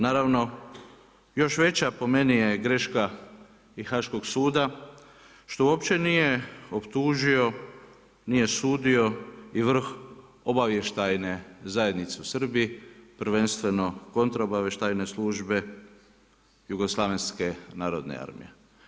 Naravno još veća po meni je greška i Haškog suda što uopće nije optužio, nije sudio i vrh obavještajne zajednice u Srbiji prvenstveno kontra obavještajne službe Jugoslavenske narodne armije.